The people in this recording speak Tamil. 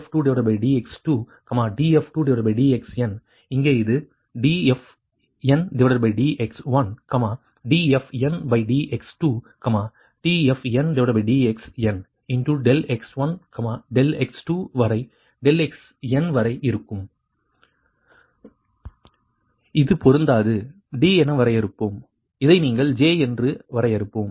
y1 f1x10 x20 up to xn0 y2 f2x10 x20 up to xn0 yn fnx10 x20 up to xn0 df1dx1 df1dx2 df1dxn df2dx1 df2dx2 df2dxn dfndx1 dfndx2 dfndxn ∆x1 ∆x2 ∆xn இது பொருந்தாதது D என வரையறுப்போம் இதை நீங்கள் J என்று வரையறுப்போம்